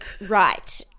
right